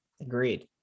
Agreed